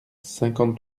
cinquante